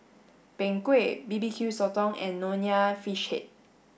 Png Kueh B B Q Sotong and Nonya fish head